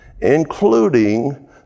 including